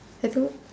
I don't